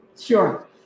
Sure